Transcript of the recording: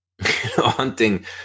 hunting